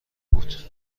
بود